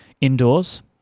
indoors